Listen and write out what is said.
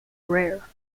rare